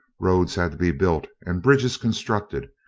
roads had to be built and bridges constructed,